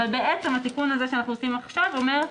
אבל התיקון שאנחנו עושים עכשיו אומר,